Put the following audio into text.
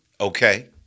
Okay